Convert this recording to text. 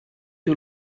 you